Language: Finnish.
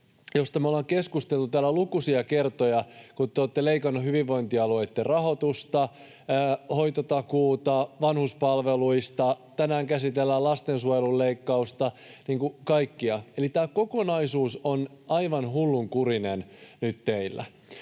josta me olemme keskustelleet täällä lukuisia kertoja, kun te olette leikanneet hyvinvointialueitten rahoitusta, hoitotakuuta, vanhuspalveluista, ja tänään käsitellään lastensuojelun leikkausta, eli kaikkea. Eli tämä kokonaisuus on aivan hullunkurinen nyt teillä,